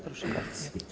Proszę bardzo.